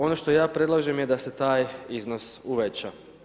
Ono što ja predlažem je da se taj iznos uveća.